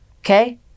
Okay